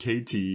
KT